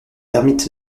ermites